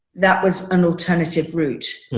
that was an alternative route.